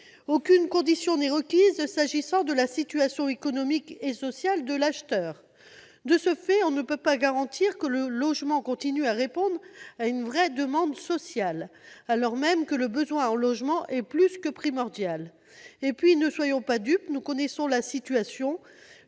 aucune condition n'est requise s'agissant de la situation économique et sociale de l'acheteur ; de ce fait, rien ne peut garantir que le logement continue de répondre à une vraie demande sociale, alors même que le besoin en logements est plus que primordial. Et puis, ne soyons pas dupes, nous connaissons la situation